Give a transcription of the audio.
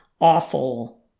awful